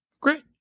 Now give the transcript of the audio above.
Great